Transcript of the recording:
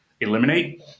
eliminate